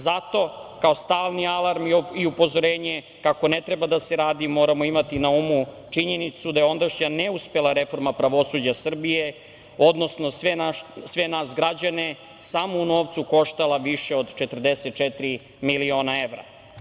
Zato, kao stalni alarm i upozorenje kako ne treba da se radi, moramo imati na umu činjenicu da je ondašnja neuspela reforma pravosuđa Srbije, odnosno sve nas građane samo u novcu koštala više od 44 miliona evra.